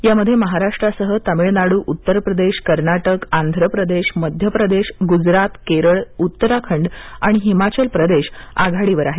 यामध्ये महाराष्ट्रासह तमिळनाडू उत्तर प्रदेश कर्नाटक आंध्र प्रदेश मध्य प्रदेश गुजरात केरळ उत्तराखंड आणि हिमाचल प्रदेश आघाडीवर आहेत